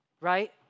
right